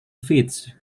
feeds